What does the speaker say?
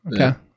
Okay